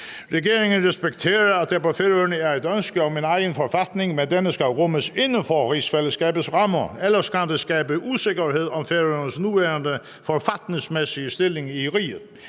regeringen respekterer, at der på Færøerne er et ønske om en egen forfatning, men denne skal rummes inden for rigsfællesskabets rammer, ellers kan det skabe usikkerhed om Færøernes nuværende forfatningsmæssige stilling i riget;